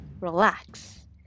relax